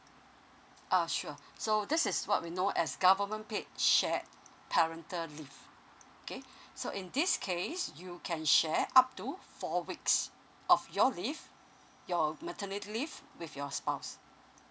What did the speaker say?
uh sure so this is what we know as government paid shared parental leave okay so in this case you can share up to four weeks of your leave your maternity leave with your spouse